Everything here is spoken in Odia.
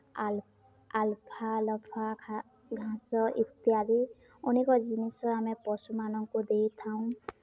ଆଲ ଆଲଫା ଆଲଫା ଘାସ ଇତ୍ୟାଦି ଅନେକ ଜିନିଷ ଆମେ ପଶୁମାନଙ୍କୁ ଦେଇଥାଉ